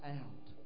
out